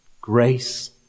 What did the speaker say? grace